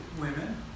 women